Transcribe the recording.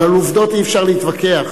אבל על עובדות אי-אפשר להתווכח.